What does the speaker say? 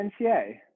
NCA